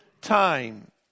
time